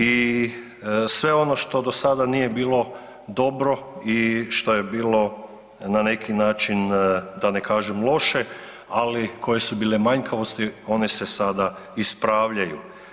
I sve ono što do sada nije bilo dobro i što je bilo na neki način da ne kažem loše, ali koje su bile manjkavosti one se sada ispravljaju.